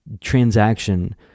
transaction